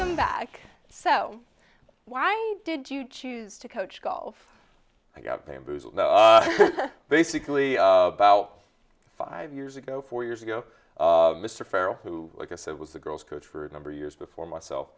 going back so why did you choose to coach golf i got bamboozled basically about five years ago four years ago mr farrell who like i said was the girl's coach for a number of years before myself